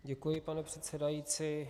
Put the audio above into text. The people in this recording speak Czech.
Děkuji, pane předsedající.